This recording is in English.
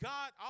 God